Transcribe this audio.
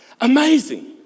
Amazing